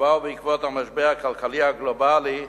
שבאו בעקבות המשבר הכלכלי הגלובלי,